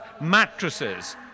mattresses